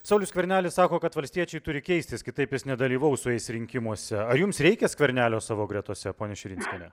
saulius skvernelis sako kad valstiečiai turi keistis kitaip jis nedalyvaus su jais rinkimuose ar jums reikia skvernelio savo gretose ponia širinskiene